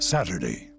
Saturday